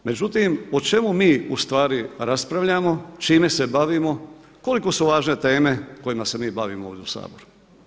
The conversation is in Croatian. Međutim, o čemu mi ustvari raspravljamo, čime se bavimo, koliko su važne teme kojima se mi bavimo ovdje u Saboru?